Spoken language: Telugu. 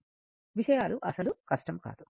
విషయాలు అస్సలు కష్టం కాదు